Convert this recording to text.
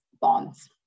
bonds